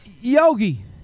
Yogi